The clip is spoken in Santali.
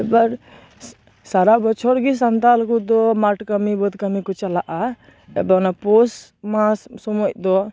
ᱮᱵᱟᱨ ᱥᱟᱨᱟ ᱵᱚᱪᱷᱚᱨ ᱜᱮ ᱥᱟᱱᱛᱟᱲ ᱠᱚᱫᱚ ᱢᱟᱴ ᱠᱟᱹᱢᱤ ᱵᱟᱹᱫ ᱠᱟᱹᱢᱤ ᱠᱚ ᱪᱟᱞᱟᱜᱼᱟ ᱮᱵᱟᱨ ᱚᱱᱟ ᱯᱳᱥ ᱢᱟᱥ ᱥᱳᱢᱚᱭ ᱫᱚ